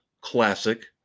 classic